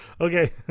Okay